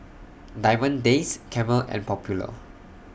Diamond Days Camel and Popular